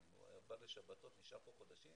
הוא היה בא לשבתות, נשאר פה חודשים.